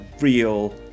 real